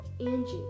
Angie